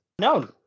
No